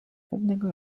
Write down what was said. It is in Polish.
pewnego